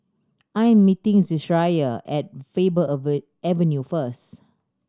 I'm meeting Zechariah at Faber Avenue first